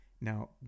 Now